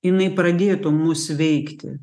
jinai pradėtų mus veikti